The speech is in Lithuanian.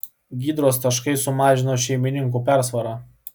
gydros taškai sumažino šeimininkų persvarą